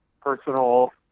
personal